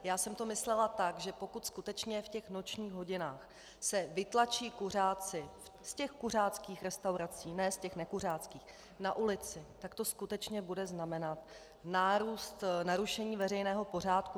Já jsem to myslela tak, že pokud skutečně v nočních hodinách se vytlačí kuřáci z těch kuřáckých restaurací, ne z těch nekuřáckých, na ulici, tak to skutečně bude znamenat nárůst narušení veřejného pořádku.